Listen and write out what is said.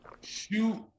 shoot